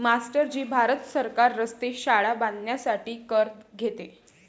master ji Bharat सरकार रस्ते, शाळा बांधण्यासाठी कर घेते